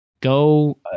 go